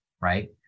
right